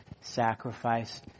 sacrifice